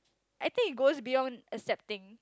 I think it goes beyond accepting